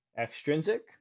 extrinsic